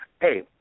Hey